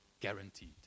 guaranteed